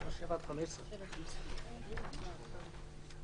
את הדיון לגבי תקנות מקומות עבודה נעשה מחר כנראה